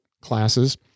classes